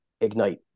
ignite